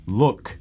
look